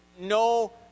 no